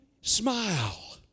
smile